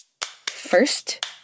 First